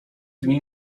dni